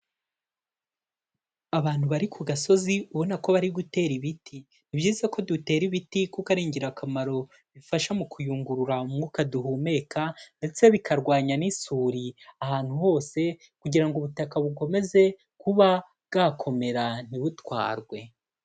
Abantu bari ku gasozi, ubona ko bari gutera ibiti, ni byiza ko dutera ibiti kuko ari ingirakamaro; bifasha mu kuyungurura umwuka duhumeka, ndetse bikarwanya n'isuri ahantu hose kugira ngo ubutaka bukomeze kuba bwakomera ntibutwarwe.